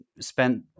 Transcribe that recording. spent